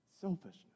Selfishness